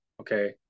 Okay